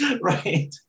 right